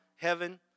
heaven